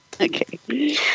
Okay